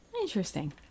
Interesting